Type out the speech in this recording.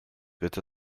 wird